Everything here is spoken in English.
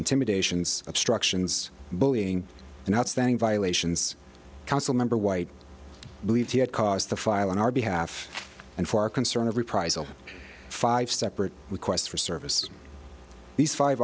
intimidations obstructions bullying and outstanding violations council member white believed he had cause the file on our behalf and for our concern of reprisal five separate requests for service these five